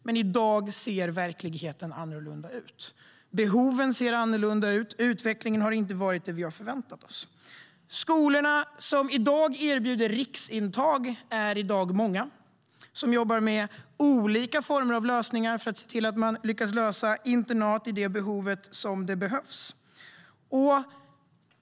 Men i dag ser verkligheten annorlunda ut. Behoven ser annorlunda ut, och utvecklingen har inte varit den vi har förväntat oss. Många skolor erbjuder riksintag i dag. De jobbar med olika former av lösningar för att se till att man lyckas lösa det behov som finns av internat.